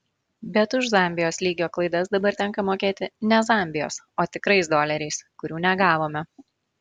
bet už zambijos lygio klaidas dabar tenka mokėti ne zambijos o tikrais doleriais kurių negavome